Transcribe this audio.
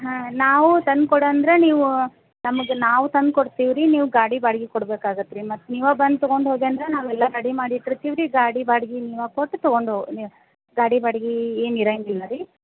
ಹಾಂ ನಾವು ತಂದು ಕೊಡಂದರೆ ನೀವು ನಮ್ಗೆ ನಾವು ತಂದು ಕೊಡ್ತೀವಿ ರೀ ನೀವು ಗಾಡಿ ಬಾಡ್ಗೆ ಕೊಡ್ಬೇಕಾಗತ್ತೆ ರೀ ಮತ್ತು ನೀವೇ ಬಂದು ತೊಗೊಂಡು ಹೋದ್ರಿ ಅಂದ್ರೆ ನಾವು ಎಲ್ಲಾ ರೆಡಿ ಮಾಡಿ ಇಟ್ಟಿರ್ತೀವಿ ರೀ ಗಾಡಿ ಬಾಡ್ಗೆ ನೀವೇ ಕೊಟ್ಟು ತೊಗೊಂಡು ಓ ನೀವು ಗಾಡಿ ಬಾಡ್ಗೆ ಏನು ಇರೋಂಗಿಲ್ಲ ರೀ